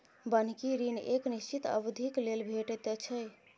बन्हकी ऋण एक निश्चित अवधिक लेल भेटैत छै